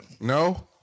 No